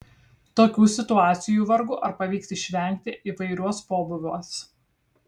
tokių situacijų vargu ar pavyks išvengti įvairiuos pobūviuos